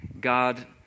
God